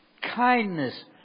kindness